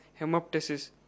hemoptysis